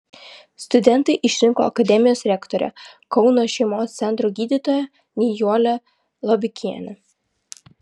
studentai išrinko akademijos rektorę kauno šeimos centro gydytoją nijolę liobikienę